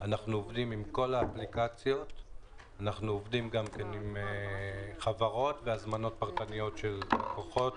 אנחנו עובדים עם כל האפליקציות וגם עם חברות והזמנות פרטניות של לקוחות.